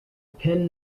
pin